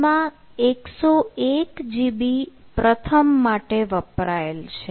હાલમાં 101 GB પ્રથમ માટે વપરાયેલ છે